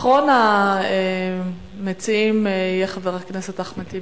אחרון המציעים יהיה חבר הכנסת אחמד טיבי.